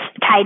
tied